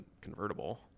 convertible